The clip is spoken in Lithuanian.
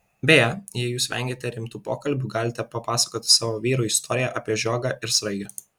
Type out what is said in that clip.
beje jei jūs vengiate rimtų pokalbių galite papasakoti savo vyrui istoriją apie žiogą ir sraigę